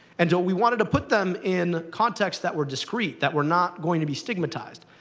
and so we wanted to put them in contexts that were discreet, that we're not going to be stigmatized.